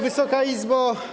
Wysoka Izbo!